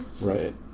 Right